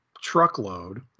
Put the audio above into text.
truckload